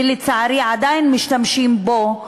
ולצערי עדיין משתמשים בו,